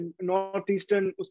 Northeastern